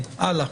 הלאה.